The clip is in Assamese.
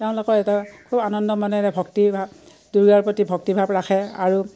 তেওঁলোকৰ এটা খুব আনন্দ মনেৰে ভক্তিভা দুৰ্গাৰ প্ৰতি ভক্তিভাৱ ৰাখে আৰু